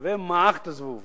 ומעך את הזבוב